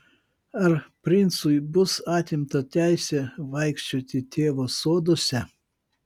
ar princui bus atimta teisė vaikščioti tėvo soduose